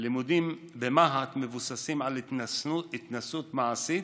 הלימודים במה"ט מבוססים על התנסות מעשית,